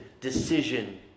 decision